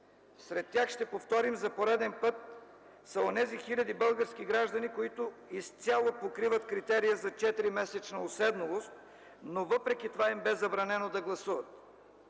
Сред тях, ще повторим за пореден път, са онези хиляди български граждани, които изцяло покриват критерия за 4 месечна уседналост, но въпреки това им бе забранено да гласуват.